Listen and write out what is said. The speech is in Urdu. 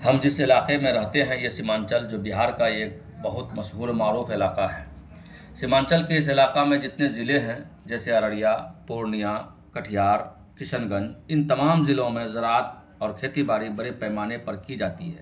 ہم جس علاقے میں رہتے ہیں یہ سیمانچل جو بہار کا ایک بہت مشہور معروف علاقہ ہے سیمانچل کے اس علاقہ میں جتنے ضلعے ہیں جیسے ارریا پورنیا کٹیہار کشن گنج ان تمام ضلعوں میں زراعت اور کھیتی باڑی بڑے پیمانے پر کی جاتی ہے